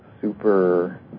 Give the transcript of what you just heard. super